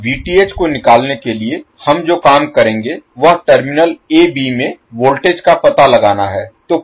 अब को निकालने के लिए हम जो काम करेंगे वह टर्मिनल a b में वोल्टेज का पता लगाना है